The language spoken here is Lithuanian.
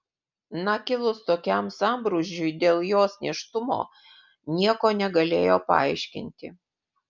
na kilus tokiam sambrūzdžiui dėl jos nėštumo nieko negalėjo paaiškinti